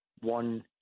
one